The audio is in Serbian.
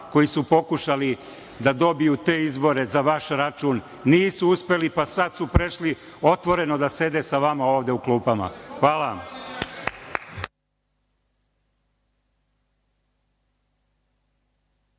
koji su pokušali da dobiju te izbore za vaš račun. Nisu uspeli, pa sada su prešli otvoreno da sede sa vama ovde u klupama. Hvala vam.